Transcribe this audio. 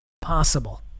possible